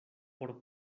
por